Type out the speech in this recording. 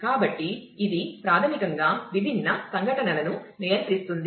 కాబట్టి ఇది ప్రాథమికంగా విభిన్న సంఘటనలను నియంత్రిస్తుంది